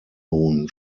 nun